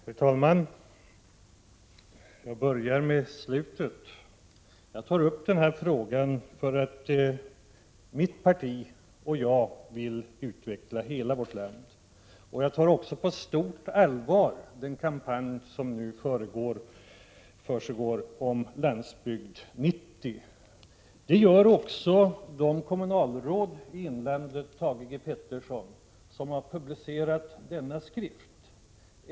Herr talman! Jag börjar med slutet i industriministerns svar. Jag ställde min fråga därför att jag och det parti jag tillhör vill utveckla hela vårt land. Jag tar på stort allvar den kampanj som nu försiggår, Landsbygd 90. Det gör också de kommunalråd i inlandet, Thage G Peterson, som har publicerat denna skrift.